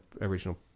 original